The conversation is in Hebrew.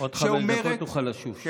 עוד חמש דקות תוכל לשוב.